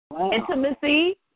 Intimacy